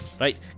Right